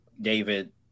David